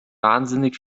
wahnsinnig